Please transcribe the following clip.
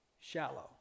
shallow